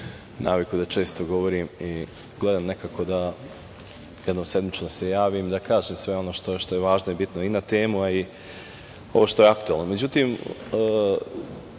naviku da često govorim, gledam nekako da se jednom nedeljno javim, da kažem sve ono što je važno i bitno i na temu, a i ovo što je aktuelno.Međutim,